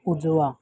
उजवा